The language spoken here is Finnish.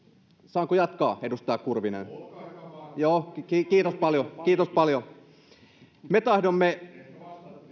saanko jatkaa edustaja kurvinen joo kiitos paljon kiitos paljon me tahdomme